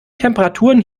temperaturen